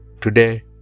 Today